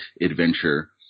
adventure